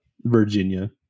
virginia